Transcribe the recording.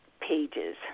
pages